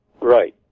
Right